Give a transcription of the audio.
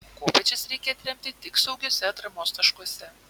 kopėčias reikia atremti tik saugiuose atramos taškuose